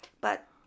But-